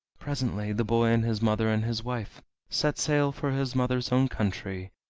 presently the boy and his mother and his wife set sail for his mother's own country,